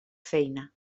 feina